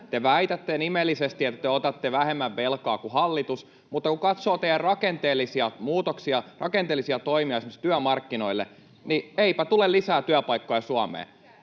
Te väitätte nimellisesti, että te otatte vähemmän velkaa kuin hallitus, mutta kun katsoo teidän rakenteellisia muutoksianne, rakenteellisia toimia esimerkiksi työmarkkinoille, niin eipä tule lisää työpaikkoja Suomeen.